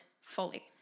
fully